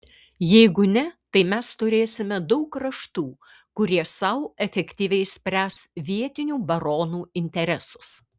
jeigu ne tai mes turėsime daug kraštų kurie sau efektyviai spręs vietinių baronų interesus